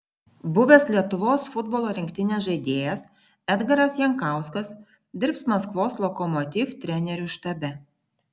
buvęs lietuvos futbolo rinktinės žaidėjas edgaras jankauskas dirbs maskvos lokomotiv trenerių štabe